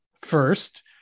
first